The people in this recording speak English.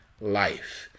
life